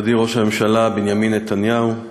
מכובדי ראש הממשלה בנימין נתניהו,